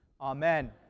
Amen